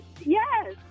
Yes